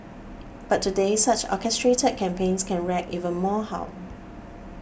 but today such orchestrated campaigns can wreak even more harm